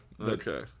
Okay